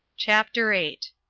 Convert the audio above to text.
chapter eight.